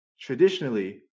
Traditionally